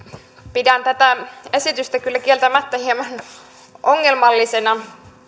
pidän tätä esitystä kyllä kieltämättä hieman ongelmallisena